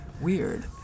weird